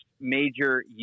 major